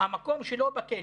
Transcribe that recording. המקום שלו בכלא.